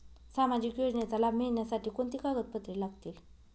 सामाजिक योजनेचा लाभ मिळण्यासाठी कोणती कागदपत्रे लागतील?